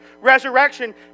resurrection